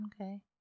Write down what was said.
Okay